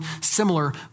similar